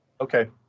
Okay